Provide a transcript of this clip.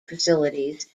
facilities